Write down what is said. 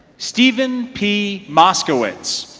steven p. moscowitz.